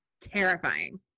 terrifying